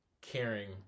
caring